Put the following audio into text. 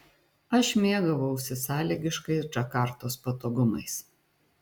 aš mėgavausi sąlygiškais džakartos patogumais